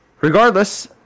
Regardless